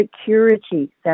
security